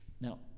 now